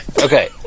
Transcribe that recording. Okay